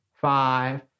five